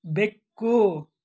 ಬೆಕ್ಕು